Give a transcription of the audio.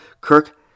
Kirk